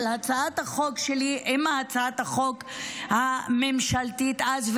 הצעת החוק שלי עם הצעת החוק הממשלתית אז,